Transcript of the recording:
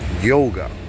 Yoga